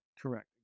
correct